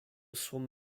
swim